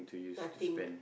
nothing